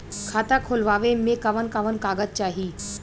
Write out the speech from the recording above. खाता खोलवावे में कवन कवन कागज चाही?